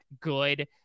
good